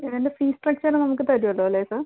ഇതിൻ്റെ fee structure നമുക്ക് തരുമല്ലോ അല്ലേ സർ